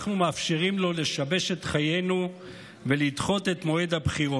מאפשרים לו לשבש את חיינו ולדחות את מועד הבחירות.